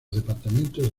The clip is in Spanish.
departamentos